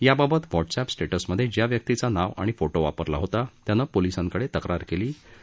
या बाबत व्हॉट्सअप स्टेटसमध्ये ज्या व्यक्तीचं नाव आणि फोटो वापरला होता त्यानं पोलीसांकडे तक्रार केली होती